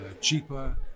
Cheaper